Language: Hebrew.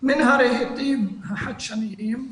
מן הרהיטים החדשניים,